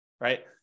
right